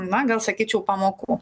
na gal sakyčiau pamokų